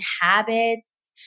habits